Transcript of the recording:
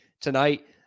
tonight